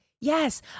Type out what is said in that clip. Yes